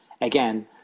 Again